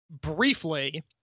Briefly